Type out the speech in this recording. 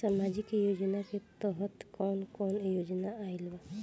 सामाजिक योजना के तहत कवन कवन योजना आइल बा?